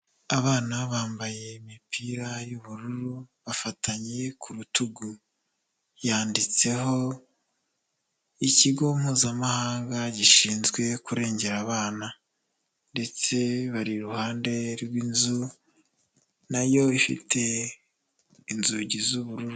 Abana bambaye imipira y'ubururu, bafatanye ku rutugu, yanditseho ikigo mpuzamahanga gishinzwe kurengera abana ndetse bari iruhande rw'inzu, na yo ifite inzugi z'ubururu.